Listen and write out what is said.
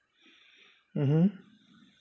mmhmm